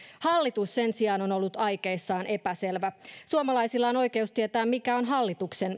hallitus sen sijaan on on ollut aikeissaan epäselvä suomalaisilla on oikeus tietää mikä on hallituksen